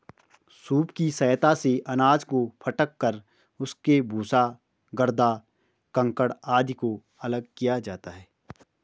soup की सहायता से अनाज को फटक कर उसके भूसा, गर्दा, कंकड़ आदि को अलग किया जाता है